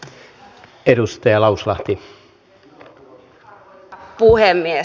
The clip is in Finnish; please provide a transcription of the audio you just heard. arvoisa puhemies